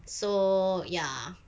so ya